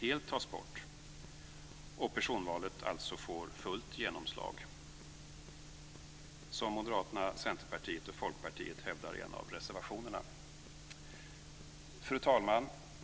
helt tas bort och att personvalet får fullt genomslag - som Moderaterna, Centerpartiet och Folkpartiet hävdar i en av reservationerna. Fru talman!